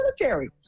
military